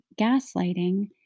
gaslighting